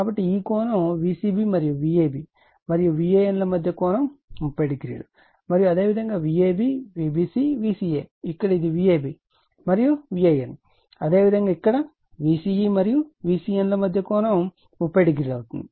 కాబట్టి ఈ కోణం V cb మరియు Vab మరియు VAN ల మధ్య కోణం 300 మరియు అదేవిధంగా Vab Vbc Vca ఇక్కడ ఇది Vab మరియు VAN అదే విధంగా ఇక్కడ Vca మరియు VCN ల మధ్య కోణం 300 అవుతుంది